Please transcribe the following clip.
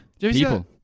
people